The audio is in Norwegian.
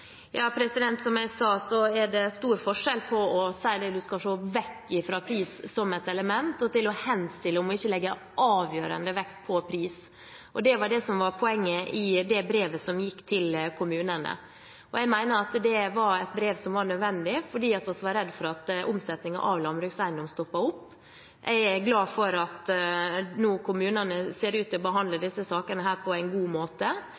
Som jeg sa, er det stor forskjell på å si at du skal se vekk fra pris som et element, og til å henstille om ikke å legge avgjørende vekt på pris. Det var det som var poenget i det brevet som gikk til kommunene. Jeg mener at det var et brev som var nødvendig, fordi vi var redd for at omsetningen av landbrukseiendommer stoppet opp. Jeg er glad for at kommunene nå ser ut til å behandle disse sakene på en god måte.